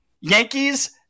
Yankees